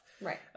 right